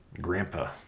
grandpa